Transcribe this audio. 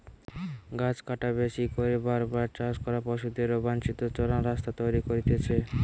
গাছ কাটা, বেশি করে বার বার চাষ করা, পশুদের অবাঞ্চিত চরান রাস্তা তৈরী করতিছে